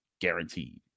guaranteed